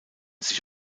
sich